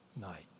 night